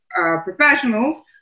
professionals